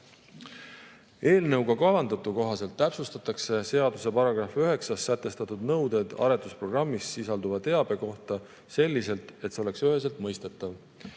Eelnõuga kavandatu kohaselt täpsustatakse seaduse §-s 9 sätestatud nõuded aretusprogrammis sisalduva teabe kohta selliselt, et see oleks üheselt mõistetav.